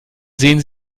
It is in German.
sehen